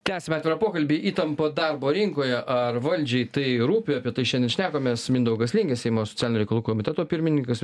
tęsime atvirą pokalbį įtampa darbo rinkoje ar valdžiai tai rūpi apie tai šiandien šnekamės mindaugas lingė seimo socialinių reikalų komiteto pirmininkas